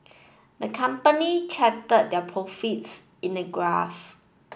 the company charted their profits in a graph